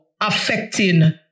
affecting